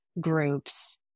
groups